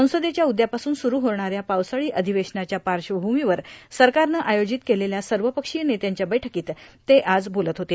संसदेच्या उद्यापासून सुरू होणाऱ्या पावसाळी अधिवेश्वनाच्या पार्श्वभूमीवर सरकारनं आयोजित केलेल्या सर्वपक्षीय नेत्यांच्या बैठकीत ते आज बोलत होते